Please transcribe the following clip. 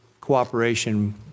cooperation